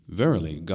verily